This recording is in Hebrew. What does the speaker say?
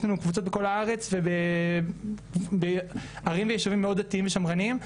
יש לנו קבוצות בכל הארץ ובערים ויישובים מאוד שמרניים ודתיים,